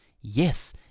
Yes